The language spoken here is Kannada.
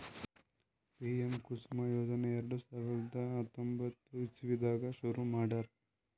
ಪಿಎಂ ಕುಸುಮ್ ಯೋಜನೆ ಎರಡ ಸಾವಿರದ್ ಹತ್ತೊಂಬತ್ತ್ ಇಸವಿದಾಗ್ ಶುರು ಮಾಡ್ಯಾರ್